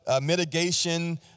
mitigation